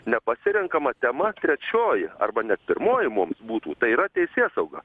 nepasirenkama tema trečioji arba net pirmoji mums būtų tai yra teisėsauga